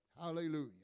Hallelujah